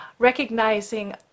recognizing